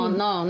no